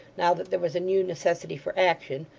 now that there was a new necessity for action,